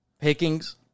pickings